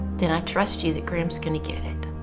than i trust you that graham is going to get it.